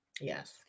Yes